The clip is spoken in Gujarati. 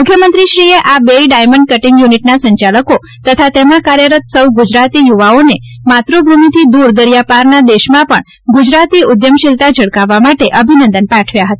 મુખ્યમંત્રીશ્રીએ આ બેય ડાયમન્ડ કટીગ યુનિટના સંચાલકો તથા તેમાં કાર્યરત સૌ ગુજરાતી યુવાઓને માતૃભૂમિથી દૂર દરિયાપારના દેશમાં પણ ગુજરાતી ઉદ્યમશીલતા ઝળકાવવા માટે અભિનંદન પાઠવ્યા હતા